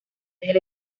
del